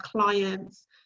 clients